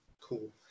Cool